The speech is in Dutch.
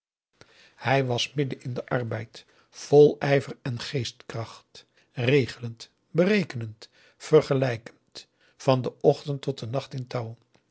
hij was midden in den arbeid vol ijver en geestkracht regelend berekenend vergelijkend van den ochtend tot den nacht in touw